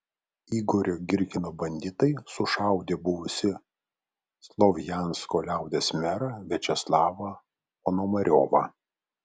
igorio girkino banditai sušaudė buvusį slovjansko liaudies merą viačeslavą ponomariovą